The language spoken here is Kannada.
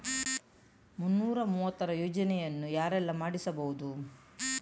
ಮುನ್ನೂರ ಮೂವತ್ತರ ಯೋಜನೆಯನ್ನು ಯಾರೆಲ್ಲ ಮಾಡಿಸಬಹುದು?